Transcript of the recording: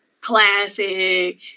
classic